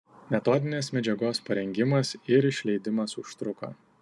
metodinės medžiagos parengimas ir išleidimas užtruko